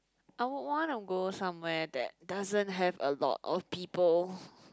I would wanna go somewhere that doesn't have a lot of people